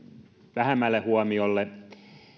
vähemmälle huomiolle